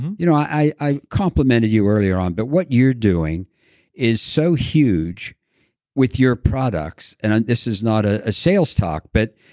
you know i i complimented you earlier on but what you're doing is so huge with your products and this is not ah a sales talk, but